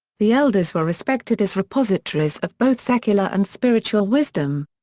the elders were respected as repositories of both secular and spiritual wisdom.